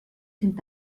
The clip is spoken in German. sind